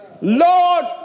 Lord